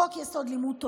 חוק-יסוד: לימוד תורה,